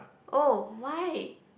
oh why